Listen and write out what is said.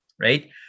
right